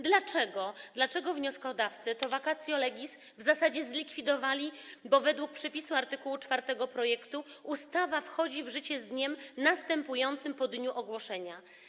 Dlaczego wnioskodawcy to vacatio legis w zasadzie zlikwidowali, bo według przepisu art. 4 projektu ustawa wchodzi w życie z dniem następującym po dniu ogłoszenia?